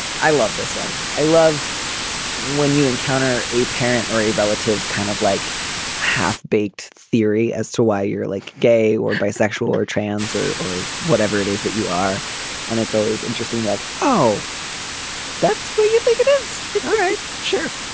i love this one. i love when you encounter a parent or a relative's kind of like half baked theory as to why you're like gay or bisexual or trans or or whatever it is that you are and it's always interesting like oh that's what you think it is all right sure.